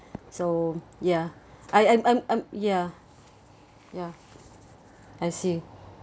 so ya I and um ya ya I see